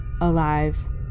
alive